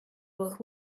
both